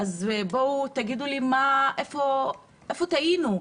תגידו לי איפה טעינו,